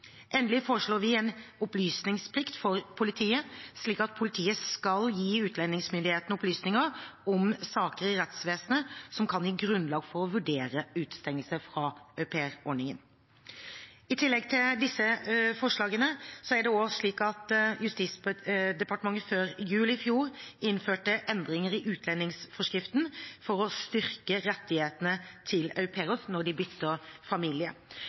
Endelig foreslår vi en opplysningsplikt for politiet, slik at politiet skal gi utlendingsmyndighetene opplysninger om saker i rettsvesenet som kan gi grunnlag for å vurdere utestengelse fra aupairordningen. I tillegg til disse forslagene er det slik at Justisdepartementet like før jul innførte endringer i utlendingsforskriften for å styrke rettighetene til au pairer når de bytter